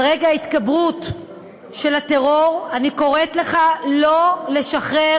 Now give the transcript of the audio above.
על רקע התגברות הטרור אני קוראת לך לא לשחרר